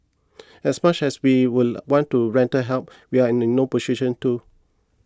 as much as we would want to render help we are in in no position to